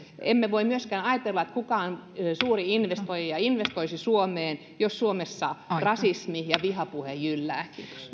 emme voi myöskään ajatella että kukaan suuri investoija investoisi suomeen jos suomessa rasismi ja vihapuhe jylläävät